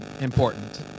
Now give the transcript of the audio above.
important